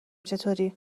چطوری